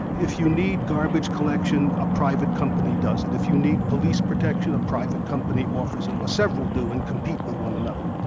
if you need garbage collection, a private company does it if you need police protection, a private company offers it, or several do and compete with one another.